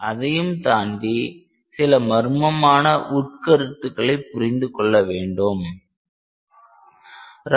அதையும் தாண்டி சில மர்மமான உட்கருத்துக்களை புரிந்துகொள்ள வேண்டியுள்ளது